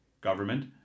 government